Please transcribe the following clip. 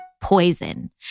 poison